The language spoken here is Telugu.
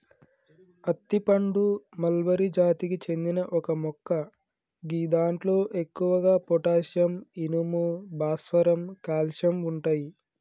అత్తి పండు మల్బరి జాతికి చెందిన ఒక మొక్క గిదాంట్లో ఎక్కువగా పొటాషియం, ఇనుము, భాస్వరం, కాల్షియం ఉంటయి